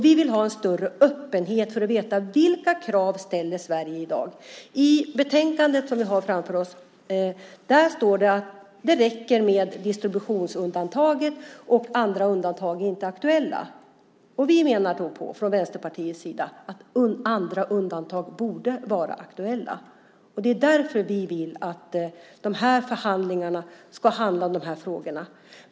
Vi vill ha en större öppenhet för att veta vilka krav Sverige ställer i dag. I betänkandet, som vi har framför oss, står det att det räcker med distributionsundantaget. Andra undantag är inte aktuella. Vi menar från Vänsterpartiets sida att andra undantag borde vara aktuella. Det är därför vi vill att de här förhandlingarna ska handla om de här frågorna.